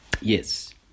Yes